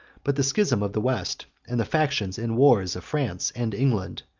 but the schism of the west, and the factions and wars of france and england,